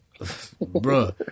Bruh